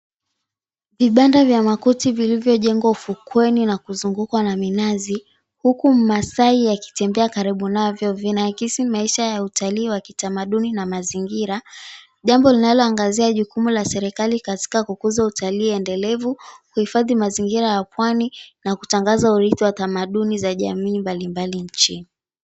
Vibanda vya makuti vilivyo jengwa ufukweni na kuzungukwa na minazi, huku Mmasai yakitembea karibu navyo. Vinaakisi maisha ya utalii wa kitamaduni na mazingira. Jambo linaloangazia jukumu la serikali katika kukuza utalii endelevu, kuhifadhi mazingira ya pwani, na kutangaza uridhi tamaduni za jamii mbalimbali nchini.